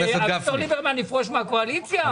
אביגדור ליברמן יפרוש מהקואליציה?